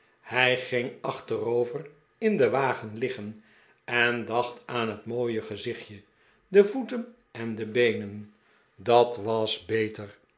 hij ging achterover in den wagen liggen en dacht aan het mooie gezichtje de voeten en de beenen dat was beter